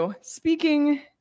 speaking